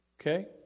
Okay